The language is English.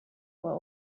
were